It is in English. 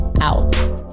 out